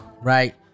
right